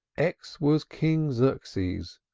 x was king xerxes,